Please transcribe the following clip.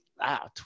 wow